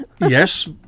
yes